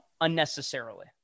unnecessarily